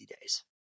days